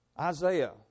Isaiah